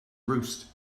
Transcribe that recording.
roost